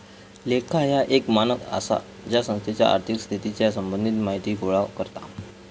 लेखा ह्या एक मानक आसा जा संस्थेच्या आर्थिक स्थितीच्या संबंधित माहिती गोळा करता